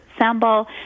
sambal